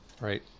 right